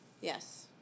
Yes